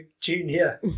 junior